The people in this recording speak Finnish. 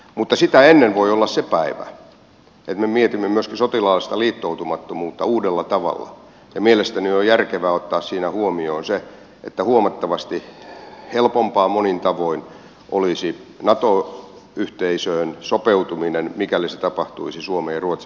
mutta sitä ennen voi olla se päivä että me mietimme myöskin sotilaallista liittoutumattomuutta uudella tavalla ja mielestäni on järkevää ottaa siinä huomioon se että huomattavasti helpompaa monin tavoin olisi nato yhteisöön sopeutuminen mikäli se tapahtuisi suomi ruotsi